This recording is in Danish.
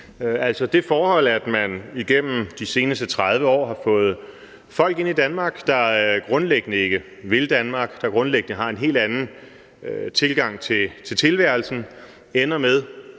det forhold, at man igennem de seneste 30 år har fået folk ind i Danmark, der grundlæggende ikke vil Danmark, der grundlæggende har en helt anden tilgang til tilværelsen, og som ender med